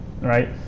right